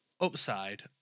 Upside